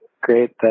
great